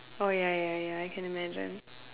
oh ya ya ya I can imagine